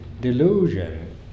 delusion